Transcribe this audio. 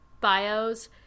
bios